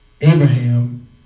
Abraham